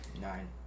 Nine